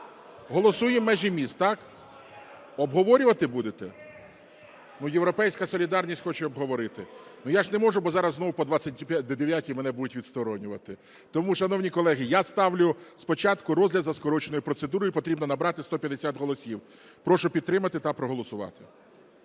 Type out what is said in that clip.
Голосуємо межі міст, так? Обговорювати будете? "Європейська солідарність" хоче обговорити. Я ж не можу, бо зараз знову по 29-й мене будуть відсторонювати. Тому, шановні колеги, я ставлю спочатку розгляд за скороченою процедурою і потрібно набрати 150 голосів. Прошу підтримати та проголосувати.